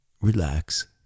relax